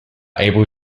able